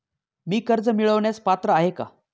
मी कर्ज मिळवण्यास पात्र आहे का?